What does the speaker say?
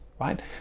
right